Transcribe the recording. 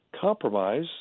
compromise